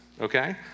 okay